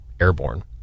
airborne